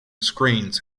screens